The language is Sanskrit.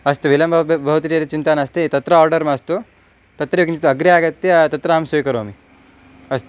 अस्तु विलम्बः भवति चेत् चिन्ता नास्ति तत्र आर्डर् मास्तु तत्र किञ्चित् अग्रे आगत्य तत्र अहं स्वीकरोमि अस्तु